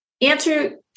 answer